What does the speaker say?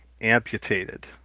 amputated